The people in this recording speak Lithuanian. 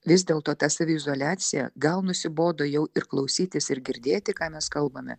vis dėlto ta saviizoliacija gal nusibodo jau ir klausytis ir girdėti ką mes kalbame